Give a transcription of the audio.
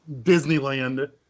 Disneyland